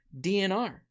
DNR